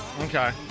Okay